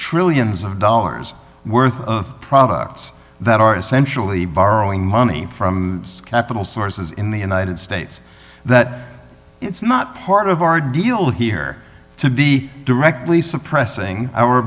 trillions of dollars worth of products that are essentially borrowing money from capital sources in the united states that it's not part of our deal here to be directly suppressing our